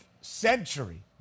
century